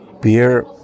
beer